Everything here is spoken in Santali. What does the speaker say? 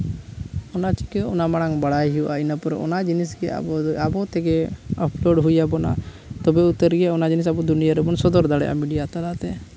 ᱚᱱᱟ ᱪᱤᱠᱟᱹ ᱚᱱᱟ ᱢᱟᱲᱟᱝ ᱵᱟᱲᱟᱭ ᱦᱩᱭᱩᱜᱼᱟ ᱤᱱᱟᱹ ᱯᱚᱨ ᱚᱱᱟ ᱡᱤᱱᱤᱥ ᱜᱮ ᱟᱵᱚ ᱟᱵᱚ ᱛᱮᱜᱮ ᱚᱠᱴᱚᱨ ᱦᱩᱭ ᱟᱵᱚᱱᱟ ᱛᱚᱵᱮ ᱩᱛᱟᱹᱨ ᱜᱮ ᱚᱱᱟ ᱡᱤᱱᱤᱥ ᱟᱵᱚ ᱫᱩᱱᱭᱟᱹ ᱨᱮᱵᱚᱱ ᱥᱚᱫᱚᱨ ᱫᱟᱲᱮᱭᱟᱜᱼᱟ ᱢᱤᱰᱤᱭᱟ ᱛᱟᱞᱟᱛᱮ